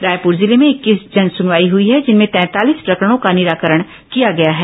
रायपुर जिले में इक्कीस जनसुनवाई हुई है जिनमें तैंतालीस प्रकरणों का निराकरण किया गया है